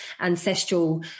ancestral